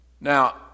Now